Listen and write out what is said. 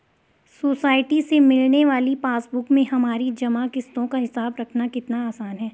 society से मिलने वाली पासबुक में हमारी जमा किश्तों का हिसाब रखना कितना आसान है